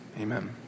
amen